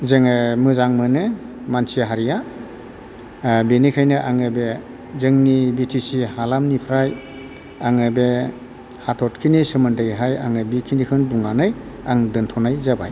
जोङो मोजां मोनो मानसि हारिया ओ बेनिखायनो आङो बे जोंनि बि टि सि हालामनिफ्राय आङो बे हाथरखिनि सोमोन्दैहाय आङो बेखिनिखौनो बुंनानै आं दोनथ'नाय जाबाय